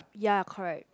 ya correct